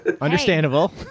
understandable